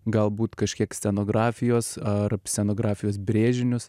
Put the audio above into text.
galbūt kažkiek scenografijos ar scenografijos brėžinius